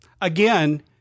Again